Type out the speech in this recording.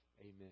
Amen